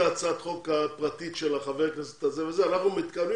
הצעת החוק הפרטית של חבר הכנסת הזה והזה כי אנחנו מתכוונים